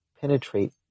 penetrate